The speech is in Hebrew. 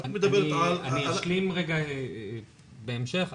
אני אשלים בהמשך.